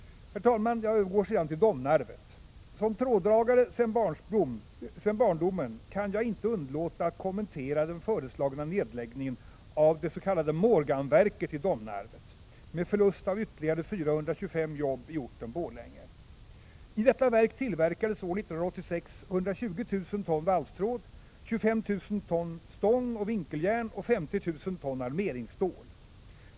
Herr talman! Jag övergår nu till att tala om Domnarvet. Som tråddragare sedan barndomen kan jag inte underlåta att kommentera den föreslagna nedläggningen av Morganverket i Domnarvet med förlust av ytterligare 425 jobbi orten Borlänge. År 1986 tillverkades i detta verk 120 000 ton valstråd, 25 000 ton stång och vinkeljärn och 50 000 ton armeringsstål.